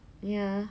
ya